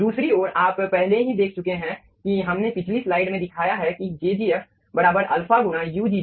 दूसरी ओर आप पहले ही देख चुके हैं कि हमने पिछली स्लाइड में दिखाया है कि jgf α गुणा ugj